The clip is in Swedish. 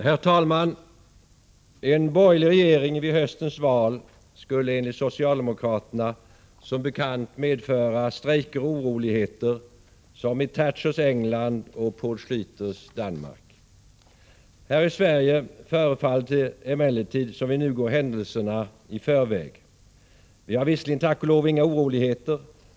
Herr talman! En borgerlig regering, efter höstens val, skulle enligt socialdemokraterna som bekant medföra strejker och oroligheter, som i Thatchers England och Poul Schläters Danmark. Här i Sverige förefaller det emellertid som om vi nu går händelserna i förväg. Vi har visserligen, tack och lov, inga oroligheter.